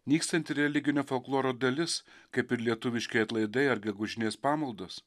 nykstanti religinio folkloro dalis kaip ir lietuviški atlaidai ar gegužinės pamaldos